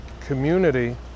community